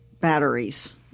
batteries